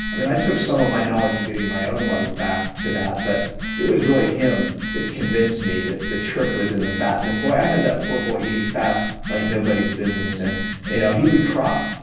i mean, i took some of my knowledge of and getting my own life back to that, but it was really him that convinced me that the trick was in the fats. and boy, i had that poor boy eating fats like nobody's business. and you know he would cry.